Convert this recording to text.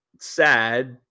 sad